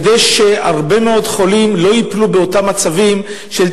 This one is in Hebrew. כדי שהרבה מאוד חולים לא ייפלו באותם מצבים של